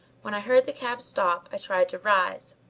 when i heard the cab stop i tried to rise,